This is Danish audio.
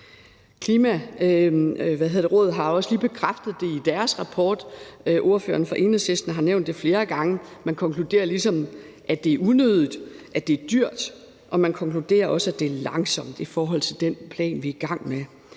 Klimarådet har også lige bekræftet det i deres rapport. Ordføreren fra Enhedslisten har nævnt det flere gange. Man konkluderer ligesom, at det er unødigt, at det er dyrt, og man konkluderer også, at det er langsomt i forhold til den plan, vi er i gang med.